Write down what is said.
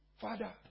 Father